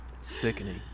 sickening